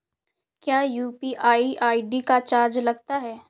क्या UPI ID का charge लगता है?